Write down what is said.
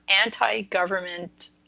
anti-government